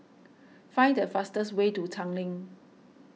find the fastest way to Tanglin